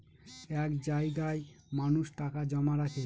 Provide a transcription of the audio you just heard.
এক জায়গায় মানুষ টাকা জমা রাখে